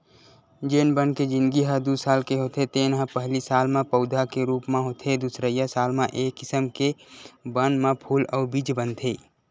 जेन बन के जिनगी ह दू साल के होथे तेन ह पहिली साल म पउधा के रूप म होथे दुसरइया साल म ए किसम के बन म फूल अउ बीज बनथे